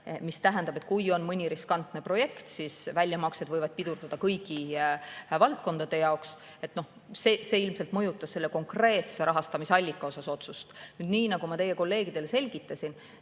tehakse – kui on mõni riskantne projekt, siis väljamaksed võivad pidurduda kõigi valdkondade jaoks, ja see ilmselt mõjutas selle konkreetse rahastamisallika kohta tehtavat otsust. Nii nagu ma teie kolleegidele selgitasin,